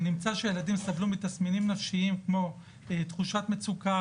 נמצא שהילדים סבלו מתסמינים נפשיים כמו תחושת מצוקה,